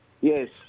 Yes